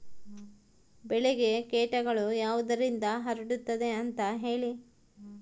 ಬೆಳೆಗೆ ಕೇಟಗಳು ಯಾವುದರಿಂದ ಹರಡುತ್ತದೆ ಅಂತಾ ಹೇಳಿ?